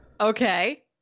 Okay